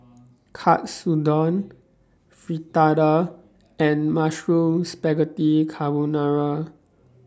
Katsudon Fritada and Mushroom Spaghetti Carbonara